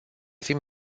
fim